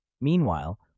Meanwhile